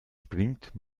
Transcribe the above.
springt